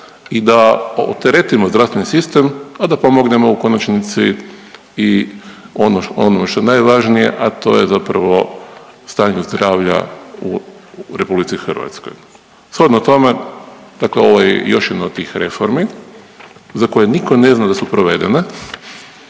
i da oteretimo zdravstveni sistem, a da pomognemo u konačnici ono što je najvažnije, a to je zapravo stanje zdravlja u RH. Shodno tome, dakle ovo je još jedno od tih reformi za koje nitko ne zna da su provedene